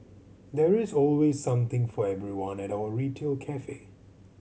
there is always something for everyone at our retail cafe